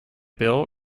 bill